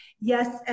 Yes